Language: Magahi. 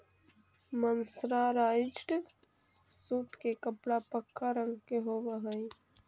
मर्सराइज्ड सूत के कपड़ा पक्का रंग के होवऽ हई